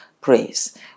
praise